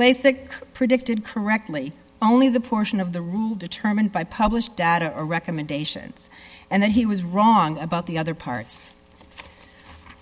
lasik predicted correctly only the portion of the rule determined by published data or recommendations and that he was wrong about the other parts